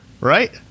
Right